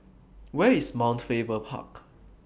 Where IS Mount Faber Park